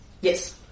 Yes